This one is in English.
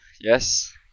Yes